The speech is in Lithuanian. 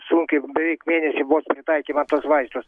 sunkiai beveik mėnesį vos pritaikė man tuos vaistus